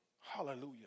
Hallelujah